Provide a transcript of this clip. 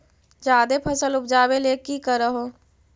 जादे फसल उपजाबे ले की कर हो?